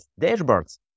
dashboards